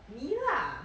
me lah